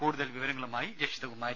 കൂടുതൽ വിവരങ്ങളുമായി ജഷിതകുമാരി